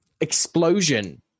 explosion